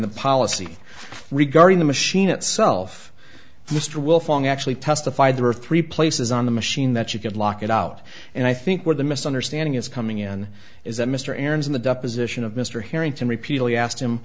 the policy regarding the machine itself mr wilfong actually testified there are three places on the machine that you could lock it out and i think where the misunderstanding is coming in is that mr aarons in the deposition of mr harrington repeatedly asked him